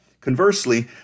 Conversely